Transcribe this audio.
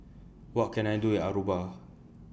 What Can I Do in Aruba